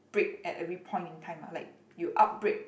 brake at every point in time uh like you up brake